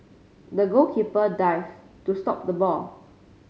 the goalkeeper dived to stop the ball